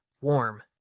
warm